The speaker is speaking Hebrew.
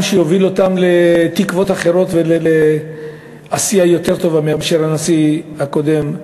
שיוביל אותם לתקוות אחרות ולעשייה יותר טובה מאשר הנשיא הקודם,